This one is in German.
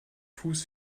fuß